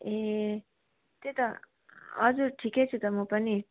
ए त्यही त हजुर ठिकै छु त म पनि